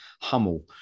Hummel